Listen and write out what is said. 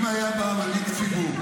אם היה בא מנהיג ציבור,